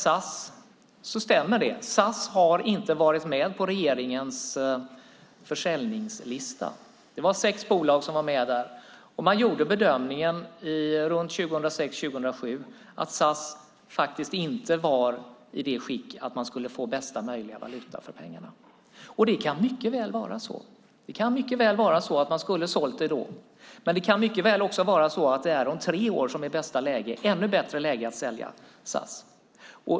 SAS har inte varit med på regeringens försäljningslista. Det var sex bolag som var med där, och man gjorde runt 2006-2007 bedömningen att SAS faktiskt inte var i det skicket att man skulle få bästa möjliga valuta för pengarna. Det kan mycket väl vara så att man skulle ha sålt det då. Men det kan också mycket väl vara så att det är om tre år som det är bäst läge, ännu bättre läge att sälja SAS.